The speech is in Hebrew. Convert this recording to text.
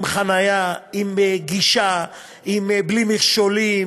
עם חניה, עם גישה, בלי מכשולים.